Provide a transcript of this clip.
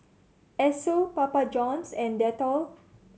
Esso Papa Johns and Dettol